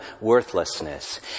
worthlessness